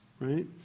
right